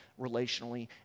relationally